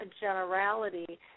generality